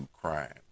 crimes